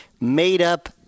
made-up